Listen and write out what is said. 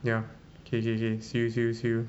ya K K K see you see you see you